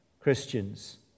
Christians